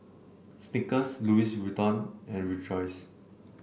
Snickers Louis Vuitton and Rejoice